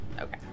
Okay